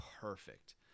perfect